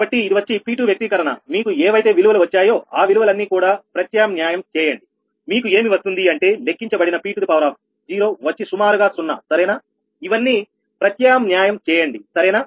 కాబట్టి ఇది వచ్చి P2 వ్యక్తీకరణ మీకు ఏవైతే విలువలు వచ్చాయో ఆ విలువలు అన్ని కూడా ప్రత్యామ్న్యాయం చేయండి మీకు ఏమి వస్తుంది అంటే లెక్కించబడిన 𝑃 వచ్చి సుమారుగా 0 సరేనా ఇవన్నీ ప్రత్యామ్న్యాయం చేయండి సరేనా